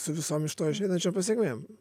su visom iš to išeinančiom pasekmėm